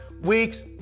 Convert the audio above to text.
weeks